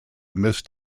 missed